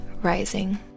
Rising